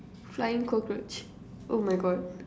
flying cockroach oh my God